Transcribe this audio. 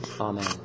Amen